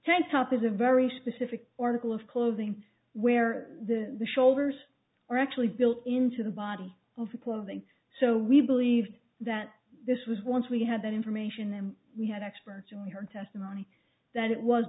tank top is a very specific article of clothing where the shoulders are actually built into the body of the clothing so we believe that this was once we had that information and we had experts who heard testimony that it was